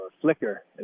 flicker